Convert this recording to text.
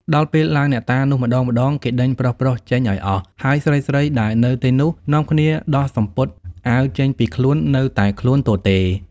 ដល់ពេលឡើងអ្នកតានោះម្តងៗ គេដេញប្រុសៗចេញឲ្យអស់ ហើយស្រីៗដែលនៅទីនោះ នាំគ្នាដោះសំពត់អាវចេញពីខ្លួន នៅតែខ្លួនទទេ។